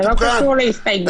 זה לא קשור להסתייגויות.